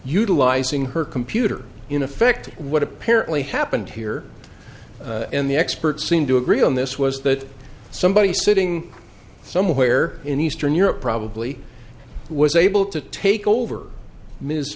utilizing her computer in effect what apparently happened here and the experts seem to agree on this was that somebody sitting somewhere in eastern europe probably was able to take over ms